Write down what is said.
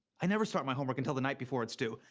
i never start my homework until the night before it's due.